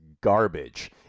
garbage